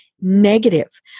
negative